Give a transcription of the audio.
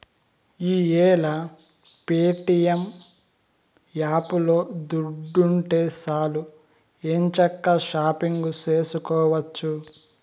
ఈ యేల ప్యేటియం యాపులో దుడ్డుంటే సాలు ఎంచక్కా షాపింగు సేసుకోవచ్చు